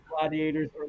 gladiators